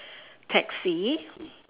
taxi